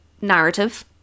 narrative